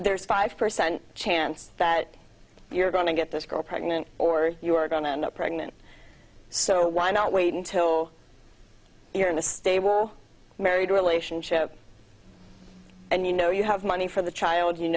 there's five percent chance that you're going to get this girl pregnant or you are going to end up pregnant so why not wait until you're in a stable married relationship and you know you have money for the child you